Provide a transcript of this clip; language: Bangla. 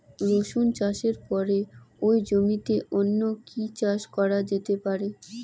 রসুন চাষের পরে ওই জমিতে অন্য কি চাষ করা যেতে পারে?